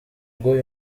ubwo